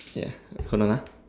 ya hold on ah